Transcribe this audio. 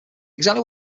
exactly